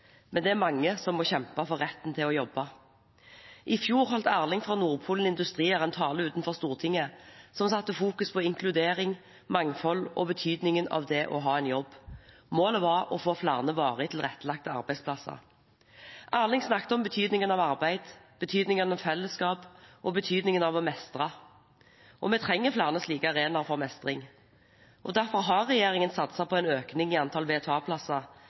Men i motsetning til dem er det lettere for meg å bryte fri fra et stempel som jeg opplever som urettferdig. Det er mange som må kjempe for retten til å jobbe. I fjor holdt Erling fra Nordpolen Industrier en tale utenfor Stortinget som satte fokus på inkludering, mangfold og betydningen av det å ha en jobb. Målet var flere varig tilrettelagte arbeidsplasser. Erling snakket om betydningen av arbeid, betydningen av fellesskap og betydningen av å mestre. Vi trenger flere slike arenaer for mestring. Derfor har regjeringen satset på